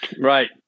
Right